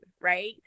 right